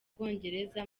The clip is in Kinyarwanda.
bwongereza